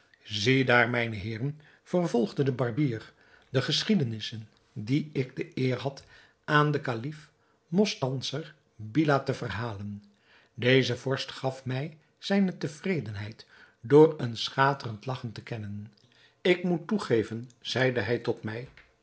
ziedaar mijne heeren vervolgde de barbier de geschiedenissen die ik de eer had aan den kalif mostanser billah te verhalen deze vorst gaf mij zijne tevredenheid door een schaterend lagchen te kennen ik moet toegeven zeide hij tot mij